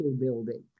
building